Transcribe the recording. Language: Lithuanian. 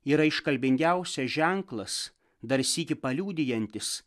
yra iškalbingiausias ženklas dar sykį paliudijantis